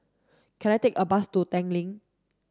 can I take a bus to Tanglin